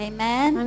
Amen